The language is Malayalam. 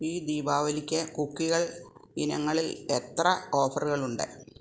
ഈ ദീപാവലിക്ക് കുക്കികൾ ഇനങ്ങളിൽ എത്ര ഓഫറുകളുണ്ട്